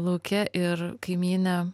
lauke ir kaimynė